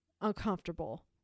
uncomfortable